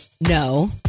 no